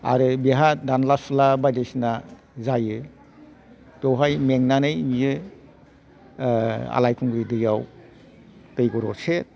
आरो बेहा दानला सुला बायदिसिना जायो बेवहाय मेंनानै बियो ओह आलायखुंग्रि दैयाव दै गरदसे